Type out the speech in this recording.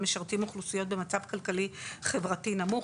המשרתים אוכלוסיות במצב כלכלי חברתי נמוך,